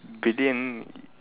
billion